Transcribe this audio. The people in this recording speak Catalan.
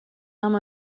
amb